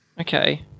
Okay